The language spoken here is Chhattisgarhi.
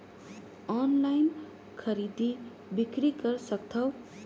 ऑनलाइन खरीदी बिक्री कर सकथव?